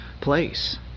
place